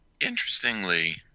Interestingly